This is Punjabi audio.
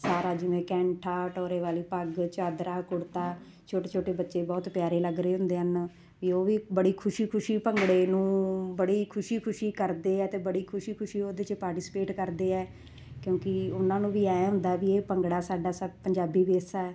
ਸਾਰਾ ਜਿਵੇਂ ਕੈਂਠਾ ਟੋਰੇ ਵਾਲੀ ਪੱਗ ਚਾਦਰਾ ਕੁੜਤਾ ਛੋਟੇ ਛੋਟੇ ਬੱਚੇ ਬਹੁਤ ਪਿਆਰੇ ਲੱਗ ਰਹੇ ਹੁੰਦੇ ਹਨ ਵੀ ਉਹ ਵੀ ਬੜੀ ਖੁਸ਼ੀ ਖੁਸ਼ੀ ਭੰਗੜੇ ਨੂੰ ਬੜੀ ਖੁਸ਼ੀ ਖੁਸ਼ੀ ਕਰਦੇ ਆ ਅਤੇ ਬੜੀ ਖੁਸ਼ੀ ਖੁਸ਼ੀ ਉਹਦੇ 'ਚ ਪਾਰਟੀਸਪੇਟ ਕਰਦੇ ਆ ਕਿਉਂਕਿ ਉਹਨਾਂ ਨੂੰ ਵੀ ਐਂ ਹੁੰਦਾ ਵੀ ਇਹ ਭੰਗੜਾ ਸਾਡਾ ਪੰਜਾਬੀ ਵਿਰਸਾ ਹੈ